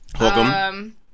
Welcome